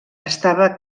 estava